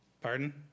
Pardon